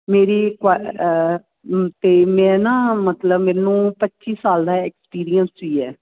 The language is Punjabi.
ਮੇਰੀ ਕੁਆ ਅਤੇ ਮੇਰਾ ਨਾ ਮਤਲਬ ਮੈਨੂੰ ਪੱਚੀ ਸਾਲ ਦਾ ਐਕਸਪੀਰੀਅੰਸ ਵੀ ਹੈ